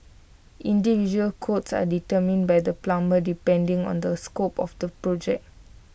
individual quotes are determined by the plumber depending on the scope of the project